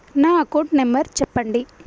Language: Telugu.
నా అకౌంట్ నంబర్ చెప్పండి?